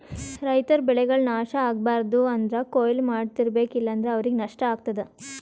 ರೈತರ್ ಬೆಳೆಗಳ್ ನಾಶ್ ಆಗ್ಬಾರ್ದು ಅಂದ್ರ ಕೊಯ್ಲಿ ಮಾಡ್ತಿರ್ಬೇಕು ಇಲ್ಲಂದ್ರ ಅವ್ರಿಗ್ ನಷ್ಟ ಆಗ್ತದಾ